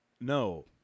no